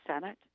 Senate